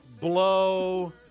Blow